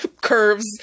curves